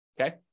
okay